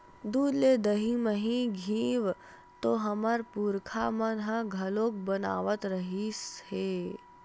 दूद ले दही, मही, घींव तो हमर पुरखा मन ह घलोक बनावत रिहिस हे